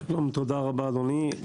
תודה רבה, אדוני.